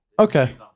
Okay